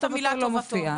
ואת טובתו בכלל להוריד.